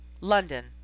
London